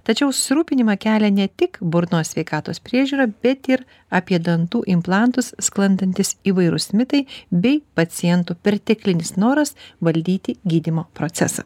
tačiau susirūpinimą kelia ne tik burnos sveikatos priežiūra bet ir apie dantų implantus sklandantys įvairūs mitai bei pacientų perteklinis noras valdyti gydymo procesą